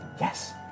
Yes